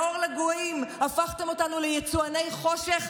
מאור לגויים הפכתם אותנו ליצואני חושך,